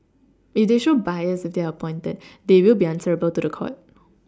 if they show bias if they are appointed they will be answerable to the court